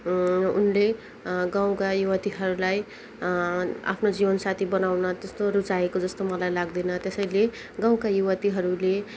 उनले गाउँको युवतीहरूलाई आफ्नो जिवनसाथी बनाउन त्यस्तो रुचाएको जस्तो मलाई लाग्दैन त्यसैले गाउँको युवतीहरूले